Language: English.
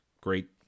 Great